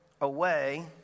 away